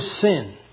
sin